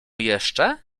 jeszcze